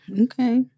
Okay